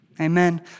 Amen